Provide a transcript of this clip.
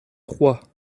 trois